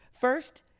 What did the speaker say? First